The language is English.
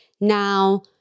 now